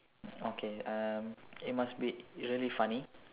okay uh it must be really funny